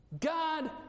god